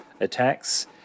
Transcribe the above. attacks